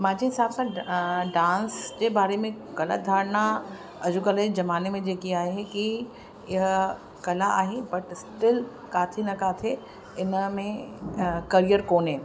मुंहिंजे हिसाब सां डांस जे बारे में ग़लति धारणा अॼु कल्ह जे ज़माने में जेकी आहे कि इहा कला आहे बट स्टिल किथे न किथे इनमें करियर कोन्हे